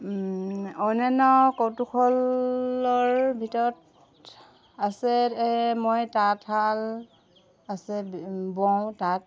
অন্যান্য কৌতূহলৰ ভিতৰত আছে মই তাঁতশাল আছে বওঁ তাঁত